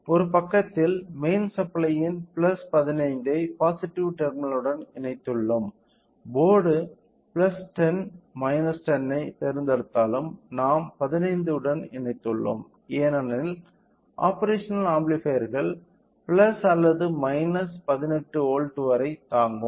ஒரு பக்கத்தில் மெயின் சப்ளையின் 15 ஐ பாசிட்டிவ் டெர்மினல்டன் இணைத்துள்ளோம் போர்டு 10 10 ஐ தேர்ந்தெடுத்தாலும் நாம் 15 உடன் இணைத்துள்ளோம் ஏனெனில் ஆப்பேரஷனல் ஆம்பிளிபையர்கள் அல்லது 18 வோல்ட் வரை தாங்கும்